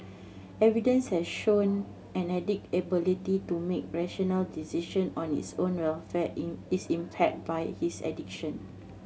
evidence has shown an addict ability to make rational decision on his own welfare is impaired by his addiction